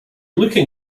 looking